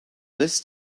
this